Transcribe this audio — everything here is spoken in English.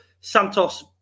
Santos